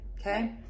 Okay